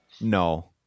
No